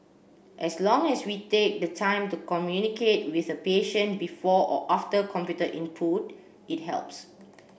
as long as we take the time to communicate with a patient before or after computer input it helps